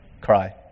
cry